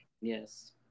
yes